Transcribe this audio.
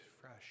fresh